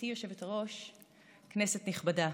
גברתי היושבת-ראש, כנסת נכבדה,